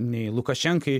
nei lukašenkai